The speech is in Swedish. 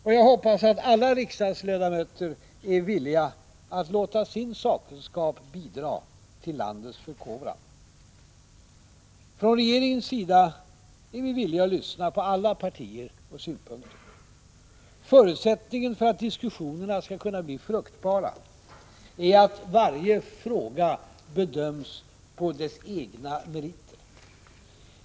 Och jag hoppas att alla riksdagsledamöter är villiga att låta sin sakkunskap bidra till landets förkovran. Från regeringens sida är vi villiga att lyssna på alla partier och synpunkter. Förutsättningen för att diskussionerna skall kunna bli fruktbara är att varje fråga bedöms på egna meriter.